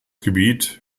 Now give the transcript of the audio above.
gebiet